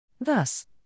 Thus